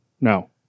No